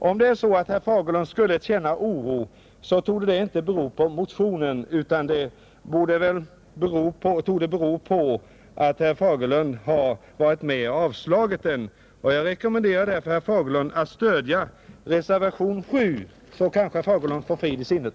Om det är så att herr Fagerlund skulle känna oro torde det inte bero på motionen, utan det torde bero på att han har varit med att avstyrka den. Jag rekommenderar därför herr Fagerlund att stödja reservationen 7 — då kanske herr Fagerlund får frid i sinnet,